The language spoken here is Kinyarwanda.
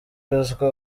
ruswa